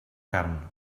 carn